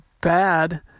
bad